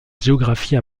géographie